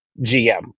GM